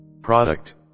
product